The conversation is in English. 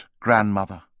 Grandmother